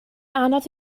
anodd